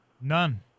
None